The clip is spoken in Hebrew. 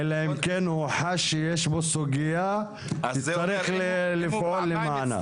אלא אם כן הוא חש שיש פה סוגיה שצריך לפעול למענה.